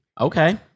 Okay